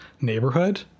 neighborhood